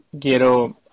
quiero